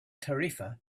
tarifa